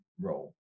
role